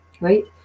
right